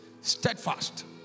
steadfast